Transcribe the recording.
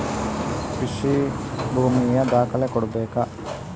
ಕೃಷಿ ಭೂಮಿಯ ದಾಖಲೆ ಕೊಡ್ಬೇಕಾ?